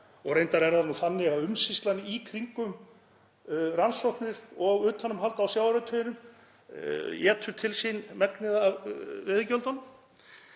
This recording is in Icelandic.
Reyndar er það nú þannig að umsýslan í kringum rannsóknir og utanumhald á sjávarútveginum étur upp megnið af veiðigjöldunum.